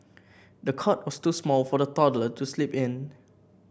the cot was too small for the toddler to sleep in